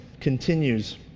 continues